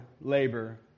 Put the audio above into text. labor